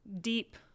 Deep